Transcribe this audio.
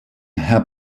herr